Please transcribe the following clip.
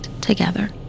together